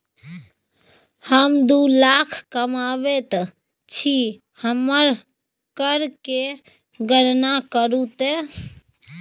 हम दू लाख कमाबैत छी हमर कर केर गणना करू ते